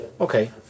Okay